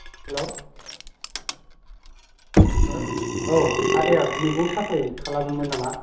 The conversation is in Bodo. हेलौ हेलौ औ आदाया मैगं साप्लाय खालामोमोन नामा